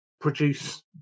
produce